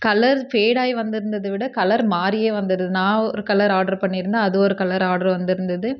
colour fade ஆகி வந்துருந்ததை விட கலர் மாதிரியே வந்துருந் நான் ஒரு கலர் ஆட்ரு பண்ணியிருந்தேன் அது ஒரு கலர் ஆட்ரு வந்துருந்தது